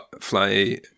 fly